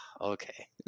okay